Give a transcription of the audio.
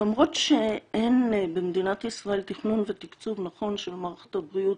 למרות שאין במדינת ישראל תכנון ותקצוב נכון של מערכת הבריאות,